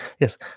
Yes